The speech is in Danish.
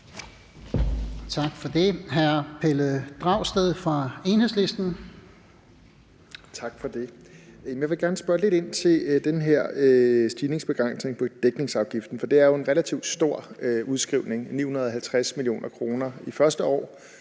Tak for det. Hr. Pelle Dragsted fra Enhedslisten. Kl. 14:59 Pelle Dragsted (EL): Tak for det. Jeg vil gerne spørge lidt ind til den her stigningsbegrænsning på dækningsafgiften, for det er jo en relativt stor udskrivning, altså 950 mio. kr. i første år,